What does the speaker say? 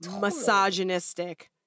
misogynistic